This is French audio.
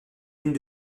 une